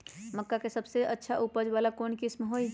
मक्का के सबसे अच्छा उपज वाला कौन किस्म होई?